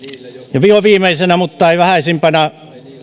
ja vihonviimeisenä mutta ei vähäisimpänä